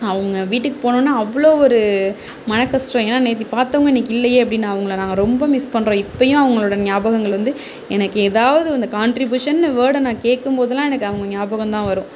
அவங்க வீட்டுக்கு போனோன அவ்வளோ ஒரு மன கஷ்டம் ஏன்னா நேத்து பார்த்தவங்க இன்னைக்கி இல்லையே அப்படின்னு அவங்கள நாங்கள் ரொம்ப மிஸ் பண்ணுறோம் இப்பவும் அவங்களோட ஞாபகங்கள் வந்து எனக்கு எதாவது அந்த கான்ட்ரிபியூஷன் வேர்டை நான் கேக்கும்போதேல்லாம் எனக்கு அவங்க நியாபகம்தா வரும்